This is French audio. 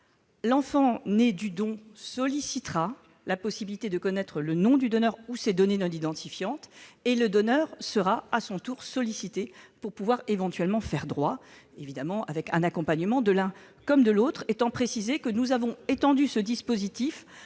L'enfant né du don sollicitera la possibilité de connaître le nom du donneur ou ses données non identifiantes et le donneur sera à son tour sollicité pour faire droit ou non à cette demande, évidemment avec un accompagnement de l'un comme de l'autre. Je précise que nous avons étendu ce dispositif